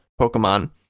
Pokemon